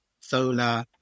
solar